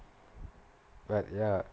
but ya